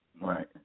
Right